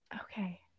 okay